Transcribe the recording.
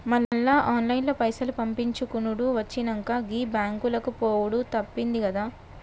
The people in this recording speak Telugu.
మళ్ల ఆన్లైన్ల పైసలు పంపిచ్చుకునుడు వచ్చినంక, గీ బాంకులకు పోవుడు తప్పిందిగదా